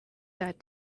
that